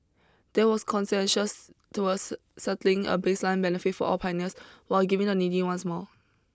there was consensus towards settling a baseline benefit for all pioneers while giving the needy ones more